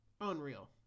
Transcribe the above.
Unreal